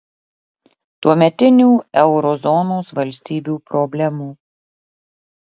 tuometinių euro zonos valstybių problemų